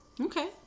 Okay